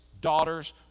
daughters